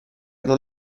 non